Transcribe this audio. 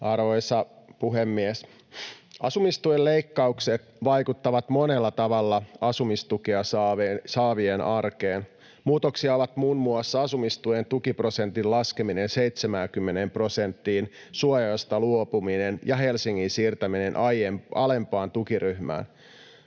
Arvoisa puhemies! Asumistuen leikkaukset vaikuttavat monella tavalla asumistukea saavien arkeen. Muutoksia ovat muun muassa asumistuen tukiprosentin laskeminen 70 prosenttiin, suojaosasta luopuminen ja Helsingin siirtäminen alempaan tukiryhmään.